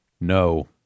No